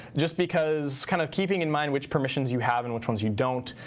just because kind of keeping in mind which permissions you have and which ones you don't,